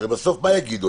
הרי בסוף מה יגידו?